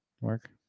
work